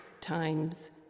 times